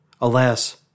Alas